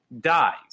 dies